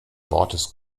wortes